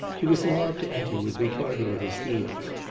he was allowed to enter, with ricardo at his heels.